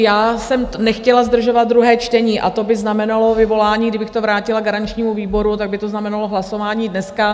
Já jsem nechtěla zdržovat druhé čtení, a to by znamenalo vyvolání, kdybych to vrátila garančnímu výboru, tak by to znamenalo hlasování dneska.